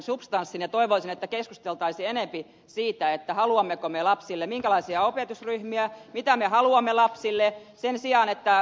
toivoisin että keskusteltaisiin enempi siitä minkälaisia opetusryhmiä me haluamme lapsille mitä me haluamme lapsille sen sijaan että ed